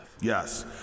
Yes